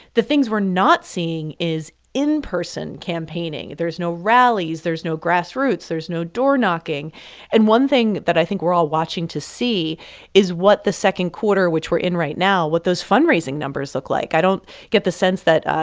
the things we're not seeing is in-person campaigning. there's no rallies. there's no grassroots. there's no door-knocking and one thing that i think we're all watching to see is what the second quarter, which we're in right now, what those fundraising numbers look like. i don't get the sense that,